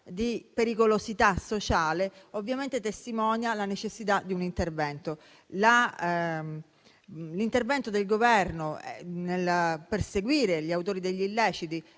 di pericolosità sociale, ciò ovviamente testimonia la necessità di un intervento. L'intervento del Governo nel perseguire gli autori degli illeciti